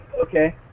okay